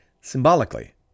symbolically